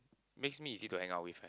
mix me is it to end up with eh